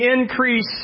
increase